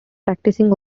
practising